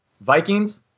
Vikings